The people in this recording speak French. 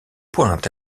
pointe